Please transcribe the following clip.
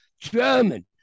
German